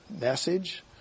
message